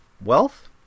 wealth